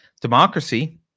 Democracy